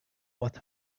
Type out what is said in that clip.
what